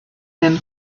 him